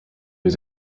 was